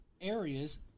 areas